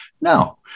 No